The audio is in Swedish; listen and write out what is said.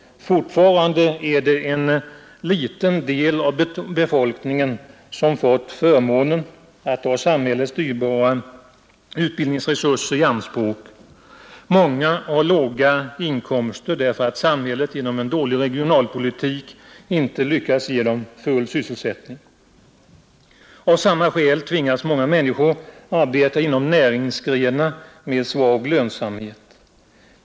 Fortfarande är det en liten del av befolkningen som fått förmånen att ta samhällets dyrbara utbildningsresurser i anspråk. Många har låga inkomster därför att samhället genom en dålig regionalpolitik inte lyckats ge dem full sysselsättning. Av samma skäl tvingas många människor arbeta inom näringsgrenar med en svag lönsamhet.